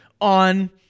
on